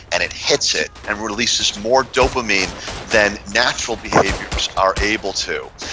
and it hits it and releases more dopamine than natural behaviors are able to.